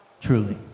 truly